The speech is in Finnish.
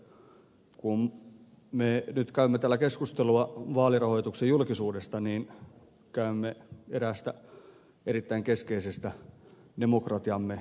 kun me nyt käymme täällä keskustelua vaalirahoituksen julkisuudesta niin keskustelemme eräästä erittäin keskeisestä demokratiamme osasta